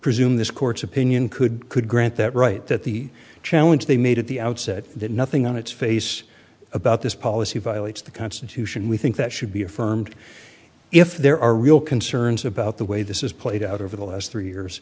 presume this court's opinion could could grant that right that the challenge they made at the outset that nothing on its face about this policy violates the constitution we think that should be affirmed if there are real concerns about the way this is played out over the last three years